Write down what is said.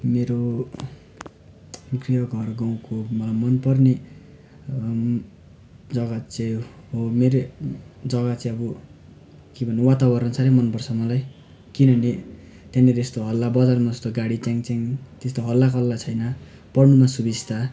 मेरो गृह घर गाउँको मलाई मनपर्ने जग्गा चाहिँ हो मेरो जग्गा चाहिँ अब के भन्नु वातावरण साह्रै मनपर्छ मलाई किनभने त्यहाँनिर यस्तो हल्ला बजारमा जस्तो गाडी च्याङ च्याङ त्यस्तो हल्ला खल्ला छैन पढ्नुमा सुबिस्ता